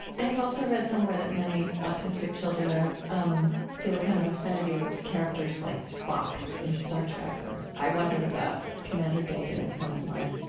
i have also read somewhere that many autistic children are um feel a kind of affinity with characters like dr. spock in star trek or i wondered about commander data is one of my